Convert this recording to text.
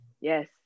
yes